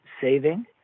Saving